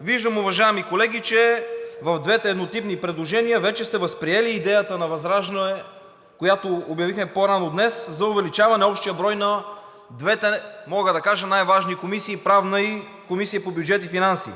Виждам, уважаеми колеги, че в двете еднотипни предложения вече сте възприели идеята на ВЪЗРАЖДАНЕ, която обявихме по-рано днес, за увеличаване на общия брой на двете, мога да кажа най-важни комисии – Правната и Комисията по бюджет и финанси.